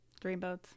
dreamboats